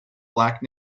black